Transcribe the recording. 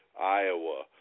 Iowa